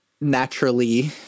naturally